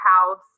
house